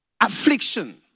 affliction